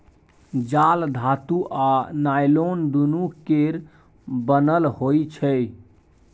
जाल धातु आ नॉयलान दुनु केर बनल होइ छै